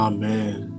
Amen